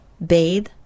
Bathe